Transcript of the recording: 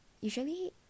usually